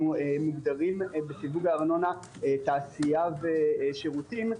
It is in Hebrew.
אנחנו מוגדרים בארנונה תעשייה ושירותים.